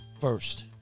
First